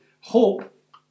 hope